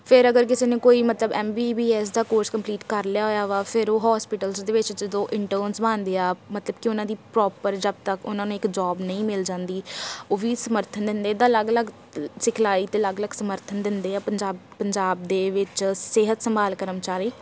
ਫਿਰ ਅਗਰ ਕਿਸੇ ਨੇ ਕੋਈ ਮਤਲਬ ਐੱਮ ਬੀ ਬੀ ਐੱਸ ਦਾ ਕੋਰਸ ਕੰਪਲੀਟ ਕਰ ਲਿਆ ਹੋਇਆ ਵਾ ਫਿਰ ਉਹ ਹੋਸਪਿਟਲਜ਼ ਦੇ ਵਿੱਚ ਜਦੋਂ ਇੰਟਰਨਸ ਬਣਦੇ ਆ ਮਤਲਬ ਕਿ ਉਹਨਾਂ ਦੀ ਪ੍ਰੋਪਰ ਜਦੋਂ ਤੱਕ ਉਹਨਾਂ ਨੂੰ ਇੱਕ ਜੋਬ ਨਹੀਂ ਮਿਲ ਜਾਂਦੀ ਉਹ ਵੀ ਸਮਰਥਨ ਦਿੰਦੇ ਇੱਦਾਂ ਅਲੱਗ ਅਲੱਗ ਸਿਖਲਾਈ 'ਤੇ ਅਲੱਗ ਅਲੱਗ ਸਮਰਥਨ ਦਿੰਦੇ ਆ ਪੰਜਾਬ ਪੰਜਾਬ ਦੇ ਵਿੱਚ ਸਿਹਤ ਸੰਭਾਲ ਕਰਮਚਾਰੀ